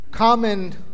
common